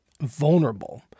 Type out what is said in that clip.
vulnerable